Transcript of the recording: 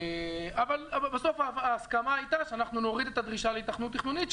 אבל בסוף ההסכמה הייתה שאנחנו נוריד את הדרישה להיתכנות תכנונית,